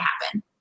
happen